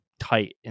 Tight